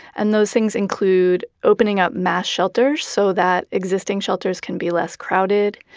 and those things include opening up mass shelters so that existing shelters can be less crowded,